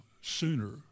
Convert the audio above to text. sooner